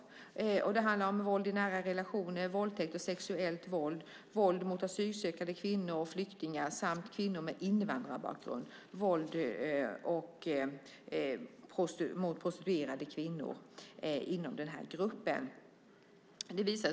Det handlar inom den här gruppen om våld i nära relationer, våldtäkt och sexuellt våld, våld mot asylsökande kvinnor och kvinnor med invandrarbakgrund samt våld mot prostituerade kvinnor.